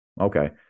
Okay